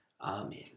Amen